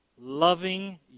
loving